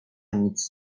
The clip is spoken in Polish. nic